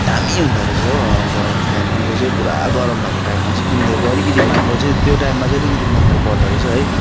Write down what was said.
दामी हुँदो रहेछ हो अन्त अब फ्यान मैले चाहिँ पुरा गरम भएको टाइममा चाहिँ किनिदिएको अलिक महँगो चाहिँ त्यो टाइममा चाहिँ अलिकिति महँगो पर्दो रहेछ है